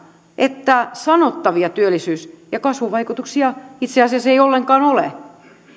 että sanottavia työllisyys ja kasvuvaikutuksia itse asiassa ei ollenkaan ole vaan